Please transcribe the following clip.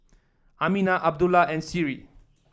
Aminah Abdullah and Seri